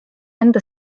enda